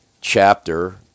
chapter